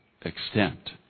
extent